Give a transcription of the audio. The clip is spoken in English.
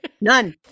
None